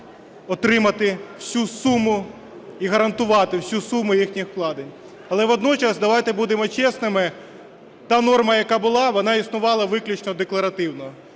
отримати всю суму і гарантувати всю суму їхніх вкладень. Але водночас давайте будемо чесними: та норма, яка була, вона існувала виключно декларативно.